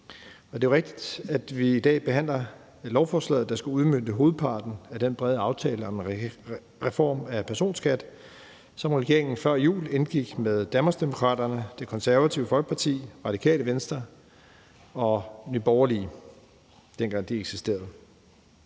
Det er rigtigt, at vi i dag behandler lovforslaget, der skulle udmønte hovedparten af den brede aftale om reform af personskat, som regeringen før jul indgik med Danmarksdemokraterne, Det Konservative Folkeparti, Radikale Venstre og Nye Borgerlige – dengang de eksisterede.